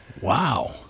Wow